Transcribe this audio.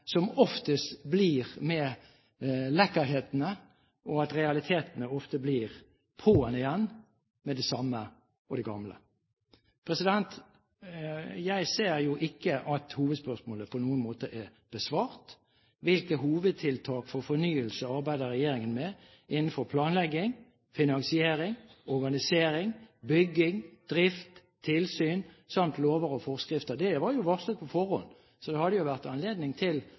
som oftest blir med lekkerhetene, og at realitetene ofte blir på’an igjen med det samme gamle. Jeg ser ikke at hovedspørsmålet på noen måte er besvart: Hvilke hovedtiltak for fornyelse arbeider regjeringen med innenfor planlegging, finansiering, organisering, bygging, drift, tilsyn samt lover og forskrifter? Det var varslet på forhånd, så det hadde vært anledning til